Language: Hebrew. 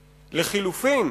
ולחלופין,